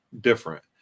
different